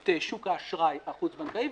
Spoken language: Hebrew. את שוק האשראי החוץ בנקאי,